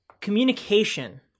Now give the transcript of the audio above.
communication